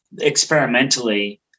experimentally